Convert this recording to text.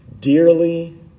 dearly